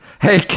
Hey